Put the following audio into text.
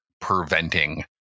preventing